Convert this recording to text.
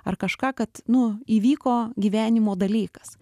ar kažką kad nu įvyko gyvenimo dalykas